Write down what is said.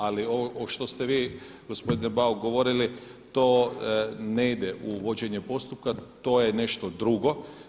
Ali ovo što ste vi gospodine Bauk govorili to ne ide u vođenje postupka, to je nešto drugo.